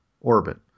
orbit